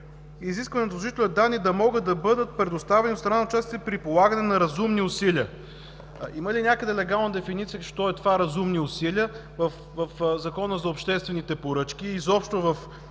„изискваните от възложителя данни да могат да бъдат предоставени от страна на участниците при полагане на разумни усилия”. Има ли някъде легална дефиниция що е това „разумни усилия” в Закона за обществените поръчки и изобщо в